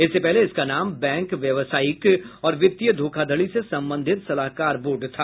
इससे पहले इसका नाम बैंक व्यावसायिक और वित्तीय धोखाधड़ी से संबंधित सलाहकार बोर्ड था